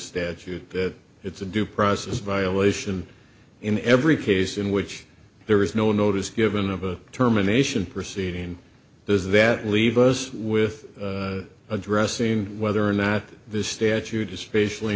statute that it's a due process violation in every case in which there is no notice given of a determination proceeding does that leave us with addressing whether or not the statute is spatially